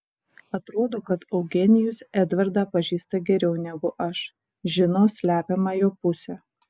atrodo kad eugenijus edvardą pažįsta geriau negu aš žino slepiamą jo pusę